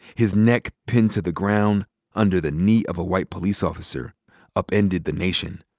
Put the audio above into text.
his neck pinned to the ground under the knee of a white police officer upended the nation.